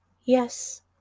Yes